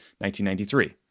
1993